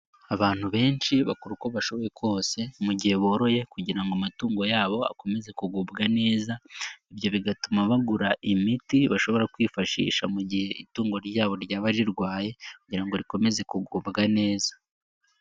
Abantu benshi bakora uko bashoboye kose mu gihe boroye kugira ngo amatungo yabo akomeze kugubwa neza, ibyo bigatuma bagura imiti bashobora kwifashisha mu gihe itungo ryabo ryaba rirwaye kugira ngo rikomeze kugubwa neza.